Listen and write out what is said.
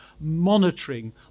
monitoring